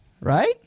Right